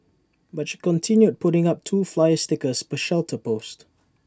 but she continued putting up two flyer stickers per shelter post